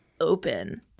open